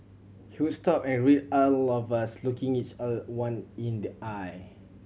he would stop and all of us looking each other one in the eye